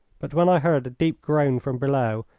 but when i heard a deep groan from below,